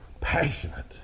passionate